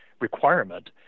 Requirement